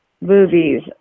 movies